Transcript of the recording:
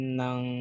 ng